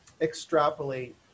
extrapolate